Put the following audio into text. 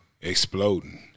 exploding